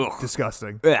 Disgusting